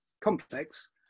complex